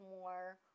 more